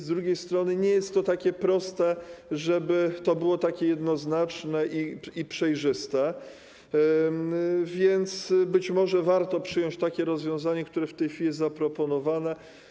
Z drugiej strony nie jest to takie proste, żeby to było takie jednoznaczne i przejrzyste, więc być może warto przyjąć takie rozwiązanie, które w tej chwili jest zaproponowane.